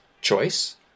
choice